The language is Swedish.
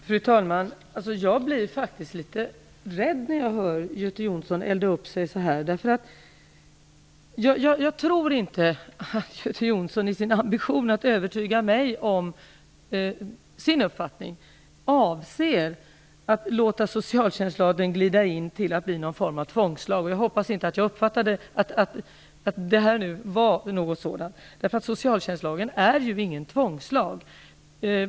Fru talman! Jag blir faktiskt litet rädd när jag hör Göte Jonsson elda upp sig så här. Jag tror inte att Göte Jonsson i sin ambition att övertyga mig om sin uppfattning avser att låta socialtjänstlagen glida över till att bli någon form av tvångslag. Jag hoppas att det inte är så. Socialtjänstlagen är ju ingen tvångslag.